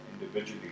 individually